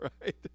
right